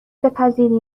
بپذیریم